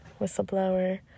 whistleblower